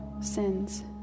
sins